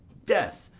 death,